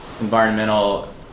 environmental